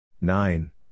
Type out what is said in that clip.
nine